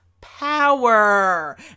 power